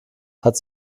hat